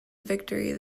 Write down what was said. victory